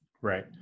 right